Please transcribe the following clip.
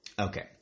Okay